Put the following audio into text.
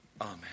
Amen